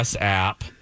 app